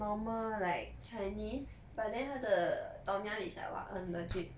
normal like chinese but then 他的 tom yum is like what 很 legit